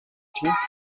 klingt